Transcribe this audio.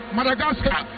Madagascar